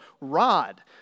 rod